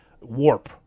warp